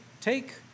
take